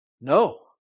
no